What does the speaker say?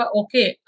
okay